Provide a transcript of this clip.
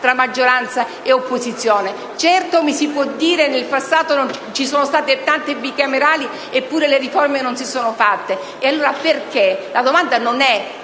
maggioranza ed opposizione. Certo, mi si può dire che nel passato ci sono state tante bicamerali, eppure le riforme non si sono fatte. E allora non si tratta di